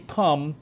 come